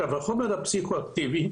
החומר הפסיכו-אקטיבי,